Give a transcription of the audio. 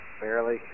Barely